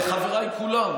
לחבריי כולם,